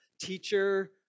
teacher